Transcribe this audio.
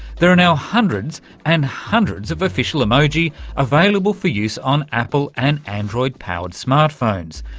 there are now hundreds and hundreds of official emoji available for use on apple and android-powered smart phones,